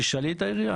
אז תשאלי את העירייה.